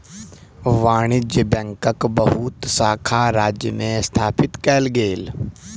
वाणिज्य बैंकक बहुत शाखा राज्य में स्थापित कएल गेल